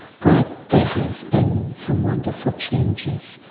but there has been some wonderful changes.